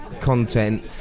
content